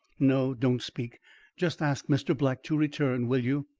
no, don't speak just ask mr. black to return, will you?